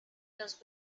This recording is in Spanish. los